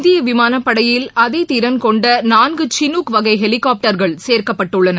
இந்திய விமானப்படையில் அதிதிறன் கொண்ட நான்கு சினுக் வகை ஹெலிகாப்டர்கள் சேர்க்கப்பட்டுள்ளன